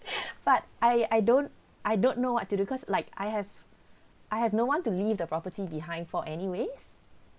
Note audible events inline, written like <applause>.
<breath> but I I don't I don't know what to do cause like I have I have no one to leave the property behind for anyways